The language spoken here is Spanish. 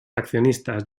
accionistas